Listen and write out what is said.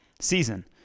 season